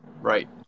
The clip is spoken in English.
right